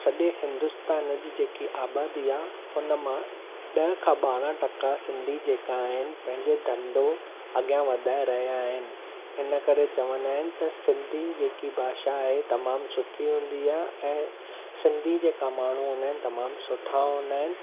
सॾे हिन्दुस्तान जी जेकी आबादी आहे हुन मां ॾह खां ॿारहां टका सिंधी जेका आहिनि पंहिंजो धंधो अॻियां वधाए रहिया आहिनि हिन करे चवंदा आहिनि त सिंधी जेकी भाषा आहे तमाम सुठी हूंदी आहे ऐं सिंधी जेका माण्हू हूंदा अहिनि तमाम सुठा हूंदा आहिनि